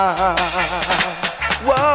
Whoa